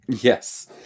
yes